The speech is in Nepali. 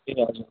ए हजुर